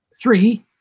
Three